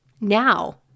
Now